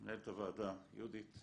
מנהלת הוועדה יהודית,